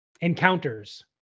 encounters